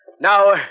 Now